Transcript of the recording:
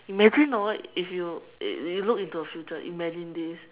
imagine orh if you you look into the future imagine this